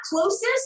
closest